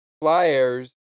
Flyers